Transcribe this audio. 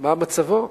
מה מצבו,